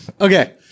Okay